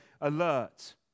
alert